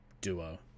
duo